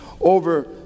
over